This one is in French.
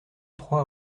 trois